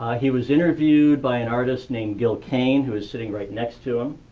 he was interviewed by an artist named, gil cane who is sitting right next to him.